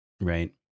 Right